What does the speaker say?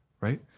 right